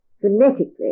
phonetically